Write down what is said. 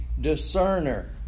discerner